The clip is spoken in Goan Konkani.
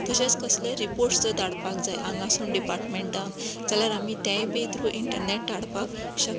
तशेंच कसलेय रिपोर्टस जर धाडपाक जाय हागांसून डिपार्टमेंटाक जाल्यार आमी तेय बी थ्रु इंटरनेट धाडपाक शकता